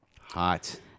Hot